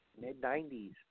mid-90s